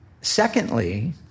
secondly